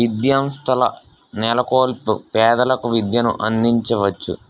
విద్యాసంస్థల నెలకొల్పి పేదలకు విద్యను అందించవచ్చు